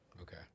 okay